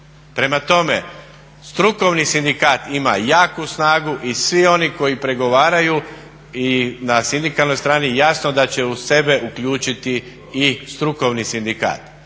Prema tome, strukovni sindikat ima jaku snagu i svi oni koji pregovaraju i na sindikalnoj stani jasno da će uz sebe uključiti i strukovni sindikat.